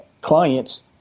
clients